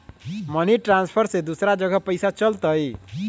Money transfer से दूसरा जगह पईसा चलतई?